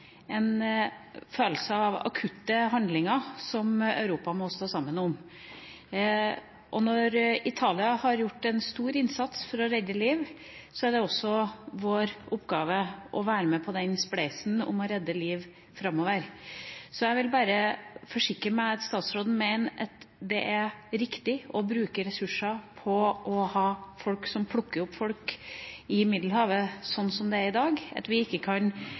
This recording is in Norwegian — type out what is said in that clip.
en følelse av akutte handlinger som Europa må stå sammen om. Når Italia har gjort en stor innsats for å redde liv, er det også vår oppgave å være med på spleiselaget for å redde liv framover. Jeg vil bare forsikre meg om at statsråden mener at det er riktig å bruke ressurser på å ha folk som plukker opp folk i Middelhavet, sånn som det er i dag – at vi ikke kan